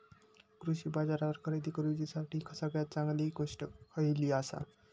कृषी बाजारावर खरेदी करूसाठी सगळ्यात चांगली गोष्ट खैयली आसा?